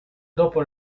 dopo